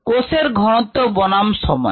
কোষের ঘনত্ব বনাম সময়